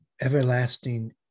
everlasting